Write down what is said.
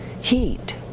Heat